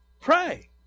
Pray